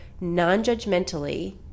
non-judgmentally